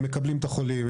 הם מקבלים את החולים,